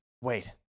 wait